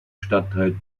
stadtteil